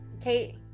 Kate